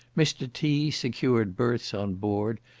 mr. t. secured berths on board,